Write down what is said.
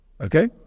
Okay